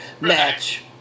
match